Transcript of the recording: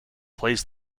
plays